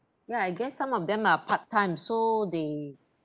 ya I guess some of them are part time so they